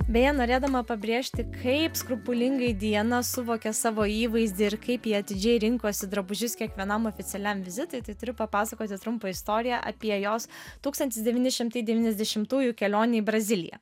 beje norėdama pabrėžti kaip skrupulingai diana suvokė savo įvaizdį ir kaip ji atidžiai rinkosi drabužius kiekvienam oficialiam vizitui turiu papasakoti trumpą istoriją apie jos tūkstantis devyni šimtai devyniasdešimtųjų kelionę į braziliją